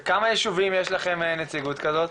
בכמה יישובים יש לכם נציגות כזאת?